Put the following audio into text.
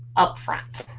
up front.